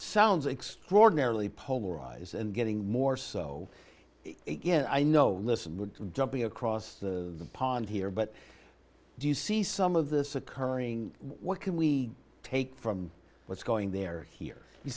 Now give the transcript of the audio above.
sounds extraordinarily polarized and getting more so i know listen jumping across the pond here but do you see some of this occurring what can we take from what's going there here you